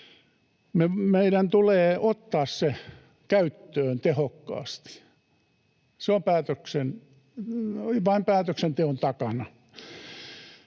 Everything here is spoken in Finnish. Meidän tulee ottaa se käyttöön tehokkaasti. Se on vain päätöksenteon takana.